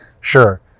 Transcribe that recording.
sure